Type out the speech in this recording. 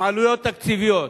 עם עלויות תקציביות,